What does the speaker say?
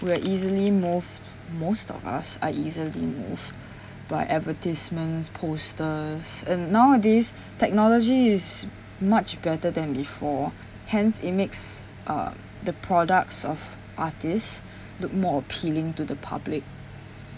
we're easily most most of us are easily moved by advertisements posters and nowadays technology is much better than before hence it makes uh the products of artists look more appealing to the public